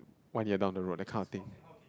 one year down the road that kind of things